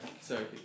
Sorry